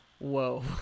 Whoa